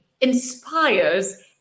inspires